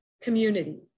community